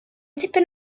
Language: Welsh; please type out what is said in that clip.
dipyn